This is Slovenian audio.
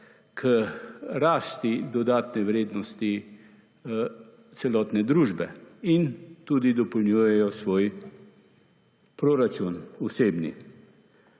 k rasti dodatne vrednosti celotne družbe in tudi dopolnjujejo svoj proračun osebni.